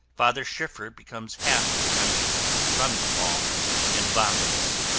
father schiffer becomes half unconscious from the fall and vomits.